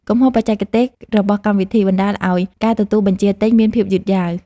កំហុសបច្ចេកទេសរបស់កម្មវិធី បណ្ដាលឱ្យការទទួលបញ្ជាទិញមានភាពយឺតយ៉ាវ។